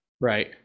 Right